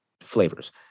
flavors